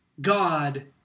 God